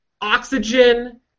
oxygen